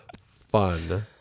fun